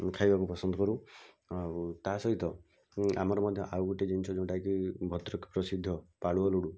ଖାଇବାକୁ ପସନ୍ଦ କରୁ ଆଉ ତା'ସହିତ ଆମର ମଧ୍ୟ ଆଉ ଗୋଟେ ଜିନିଷ ଯେଉଁଟାକି ଭଦ୍ରକ ପ୍ରସିଦ୍ଧ ପାଳୁଅ ଲଡ଼ୁ